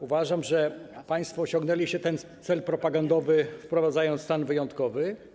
Uważam, że państwo osiągnęliście ten cel propagandowy, wprowadzając stan wyjątkowy.